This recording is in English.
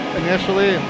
initially